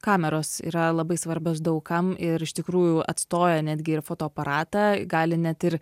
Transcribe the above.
kameros yra labai svarbios daug kam ir iš tikrųjų atstoja netgi ir fotoaparatą gali net ir